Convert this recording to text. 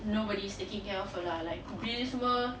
nobody's taking care of her lah like bills semua